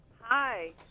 Hi